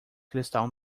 cristal